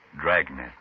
Dragnet